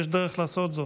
יש דרך לעשות זאת,